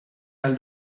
għal